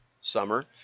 Summer